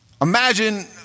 imagine